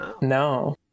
No